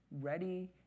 ready